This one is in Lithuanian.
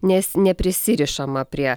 nes neprisirišama prie